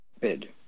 bid